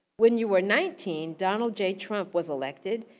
when you were nineteen, donald j trump was elected,